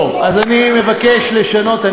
אז אני מבקש לשנות.